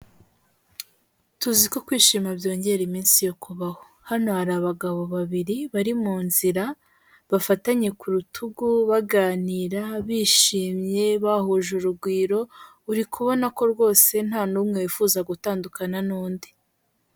Tuziko kwishima byongera iminsi yo kubaho hano hari abagabo babiri bari mu nzira bafatanye ku rutugu baganira bishimye bahuje urugwiro uri kubona ko rwose nta ntanumwe wifuza gutandukana n'undi.